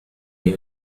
إلى